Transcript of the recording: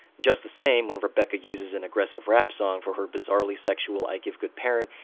just the same, when rebecca uses an aggressive rap song for her bizarrely sexual i give good parent,